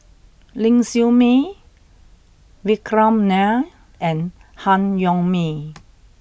Ling Siew May Vikram Nair and Han Yong May